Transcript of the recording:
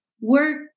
work